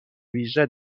ویژه